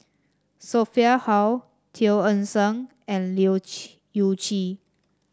Sophia Hull Teo Eng Seng and Leu Chye Yew Chye